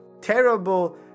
terrible